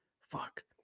Fuck